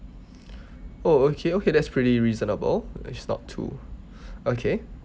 oh okay okay that's pretty reasonable it's not too okay